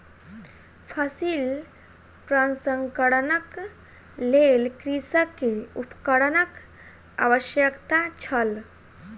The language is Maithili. फसिल प्रसंस्करणक लेल कृषक के उपकरणक आवश्यकता छल